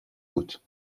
بود